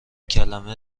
کلمه